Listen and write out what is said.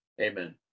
Amen